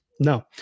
No